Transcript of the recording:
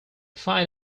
find